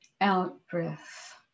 Out-breath